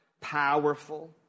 powerful